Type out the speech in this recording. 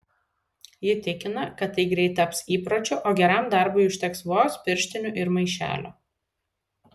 ji tikina kad tai greit taps įpročiu o geram darbui užteks vos pirštinių ir maišelio